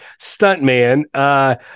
stuntman